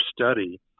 study